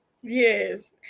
Yes